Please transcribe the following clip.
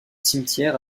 cimetière